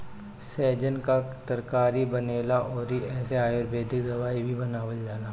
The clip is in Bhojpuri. सैजन कअ तरकारी बनेला अउरी एसे आयुर्वेदिक दवाई भी बनावल जाला